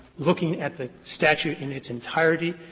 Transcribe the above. looking at the statute in its entirety,